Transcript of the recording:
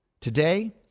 today